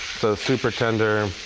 so super tender.